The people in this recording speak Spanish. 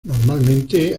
normalmente